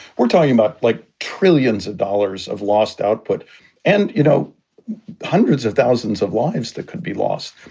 we're talking about like trillions of dollars of lost output and you know hundreds of thousands of lives that could be lost.